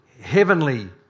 heavenly